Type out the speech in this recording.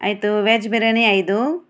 ಆಯಿತು ವೆಜ್ ಬಿರಿಯಾನಿ ಐದು